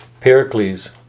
Pericles